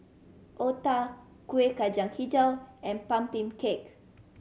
otah Kuih Kacang Hijau and pumpkin cake